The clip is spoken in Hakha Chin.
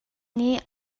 nih